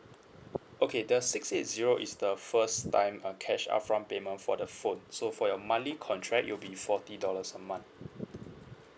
okay the six eight zero is the first time uh cash upfront payment for the phone so for your monthly contract it'll be forty dollars a month